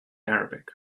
arabic